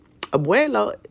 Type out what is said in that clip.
Abuelo